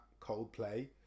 Coldplay